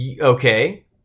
okay